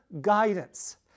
guidance